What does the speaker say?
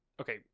okay